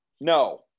No